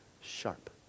Sharp